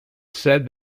said